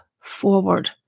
forward